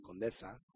Condesa